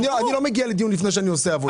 אני לא מגיע לדיון לפני שאני עושה עבודה.